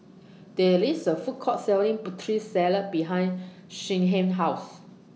There IS A Food Court Selling Putri Salad behind Shyheim's House